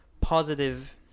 positive